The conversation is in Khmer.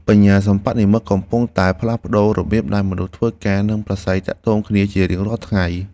បញ្ញាសិប្បនិម្មិតកំពុងតែផ្លាស់ប្តូររបៀបដែលមនុស្សធ្វើការ និងប្រាស្រ័យទាក់ទងគ្នាជារៀងរាល់ថ្ងៃ។